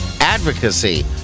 advocacy